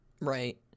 Right